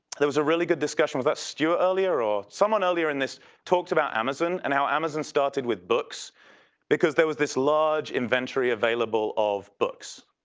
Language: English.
there was a really good discussion, was that stuart earlier or? someone earlier in this talked about amazon, and how amazon started with books because there was this large inventory available of books.